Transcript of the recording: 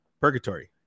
purgatory